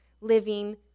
living